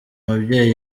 mubyeyi